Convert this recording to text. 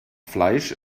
fleisch